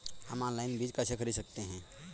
हम ऑनलाइन बीज कैसे खरीद सकते हैं?